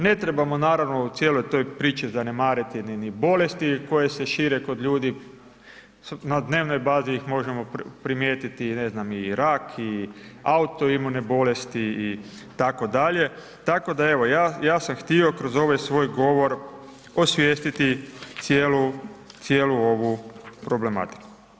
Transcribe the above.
Ne trebamo naravno u cijeloj toj priči zanemariti ni bolesti koje se šire kod ljudi, na dnevnoj bazi ih možemo primijetiti i rak, i autoimune bolesti, i tako dalje, tako da evo ja sam htio kroz ovaj svoj govor osvijestiti cijelu ovu problematiku.